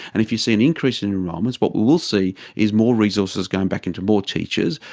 and if you see an increase in enrolments, what we will see is more resources going back into more teachers.